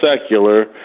secular